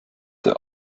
der